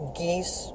geese